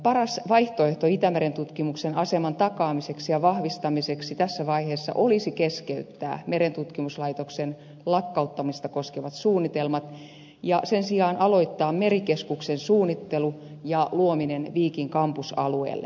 paras vaihtoehto itämeren tutkimuksen aseman takaamiseksi ja vahvistamiseksi tässä vaiheessa olisi keskeyttää merentutkimuslaitoksen lakkauttamista koskevat suunnitelmat ja sen sijaan aloittaa merikeskuksen suunnittelu ja luominen viikin kampusalueelle